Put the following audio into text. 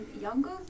younger